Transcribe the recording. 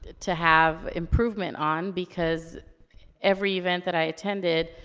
to have improvement on, because every event that i attended,